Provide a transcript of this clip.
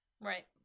Right